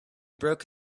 broke